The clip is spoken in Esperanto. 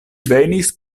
venis